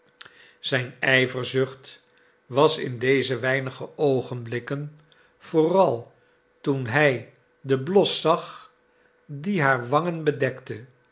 zijn ijverzucht was in deze weinige oogenblikken vooral toen hij den blos zag die haar wangen bedekte